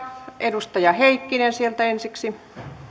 edustaja heikkinen sieltä ensiksi arvoisa